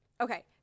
Okay